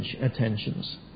attentions